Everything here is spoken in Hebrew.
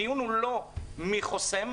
הדיון הוא לא מי חוסם.